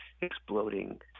exploding